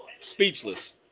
Speechless